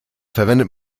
verwendet